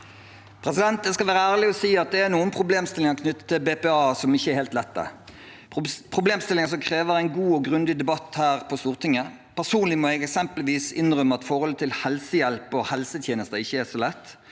Jeg skal være så ærlig og si at det er noen problemstillinger knyttet til BPA som ikke er helt lette, problemstillinger som krever en god og grundig debatt her på Stortinget. Personlig må jeg, eksempelvis, innrømme at forhold rundt helsehjelp og helsetjenester ikke er så lett.